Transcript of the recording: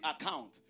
account